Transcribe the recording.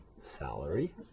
salary